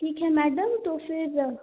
ठीक है मैडम तो फिर